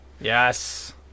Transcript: Yes